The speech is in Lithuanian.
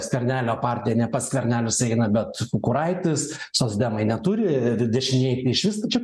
skvernelio partija ne pats skvernelis eina bet kukuraitis socdemai neturi dešinėj išvis čia